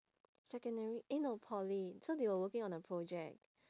secondary eh no poly so they were working on a project